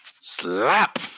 slap